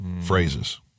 Phrases